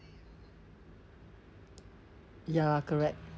ya correct